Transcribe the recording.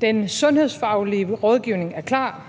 Den sundhedsfaglige rådgivning er klar: